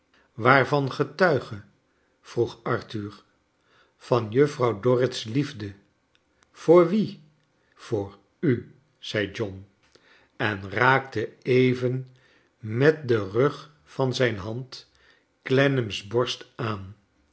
waarvan getuige vroeg arthur van juffrouw dorrit's liefde voor wien voor u zei john en raakte even met den rug van zijn hand clennam s borst aan